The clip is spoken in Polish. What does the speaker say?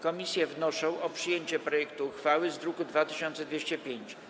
Komisje wnoszą o przyjęcie projektu uchwały z druku nr 2205.